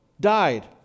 died